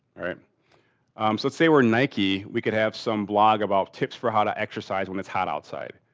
all right. so, say we're nike. we could have some vlog about tips for how to exercise when it's hot outside.